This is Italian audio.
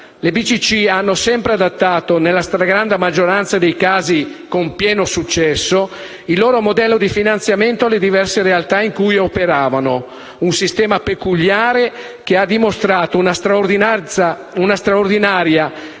hanno sempre adattato, nella stragrande maggioranza dei casi con pieno successo, il loro modello di finanziamento alle diverse realtà in cui operavano: un sistema peculiare che ha dimostrato una straordinaria